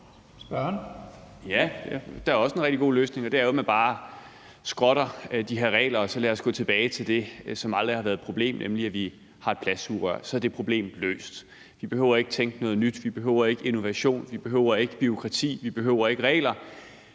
Ja, der er også en rigtig god løsning, og det er jo, at man bare skrotter de her regler og så går tilbage til det, som aldrig har været et problem, nemlig at vi har plastsugerør. Så er det problem løst. Vi behøver ikke at tænke noget nyt. Vi behøver ikke innovation. Vi behøver ikke bureaukrati. Vi behøver ikke regler.